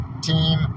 team